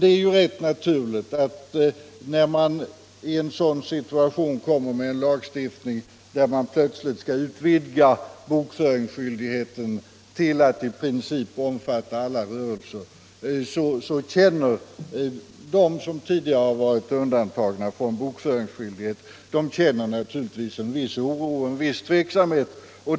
Det är ju rätt naturligt när det kommer en ny lagstiftning, där bokföringsskyldigheten plötsligt skall utvidgas till att i princip omfatta alla rörelser, att de som tidigare varit undantagna från bokföringsskyldighet känner en viss tveksamhet.